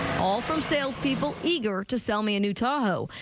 all from sales people, eager to sell me a new tahoe.